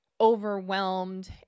overwhelmed